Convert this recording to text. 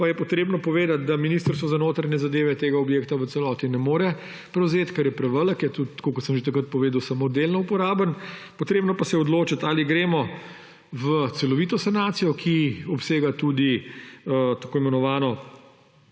pa je potrebno povedati, da Ministrstvo za notranje zadeve tega objekta v celoti ne more prevzeti, ker je prevelik, je tudi, tako kot sem že takrat povedal, samo delno uporaben, potrebno pa se je odločiti, ali gremo v celovito sanacijo, ki obsega tudi tako imenovano